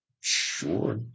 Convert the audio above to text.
Sure